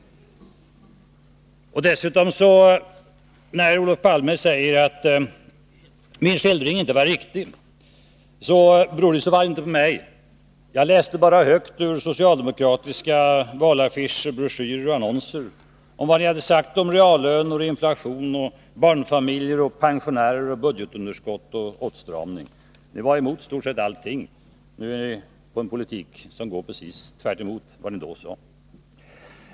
Dessutom säger Olof Palme att min skildring inte är riktig. Men det beror i så fall inte på mig. Jag läste bara högt ur socialdemokraternas valaffischer, broschyrer och annonser om vad ni sagt om reallöner, inflation, barnfamiljer, pensionärer, budgetunderskott och åtstramning. Allt skulle bli bättre. Nu håller ni på med en politik som går precis tvärtemot vad ni då sade.